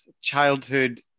childhood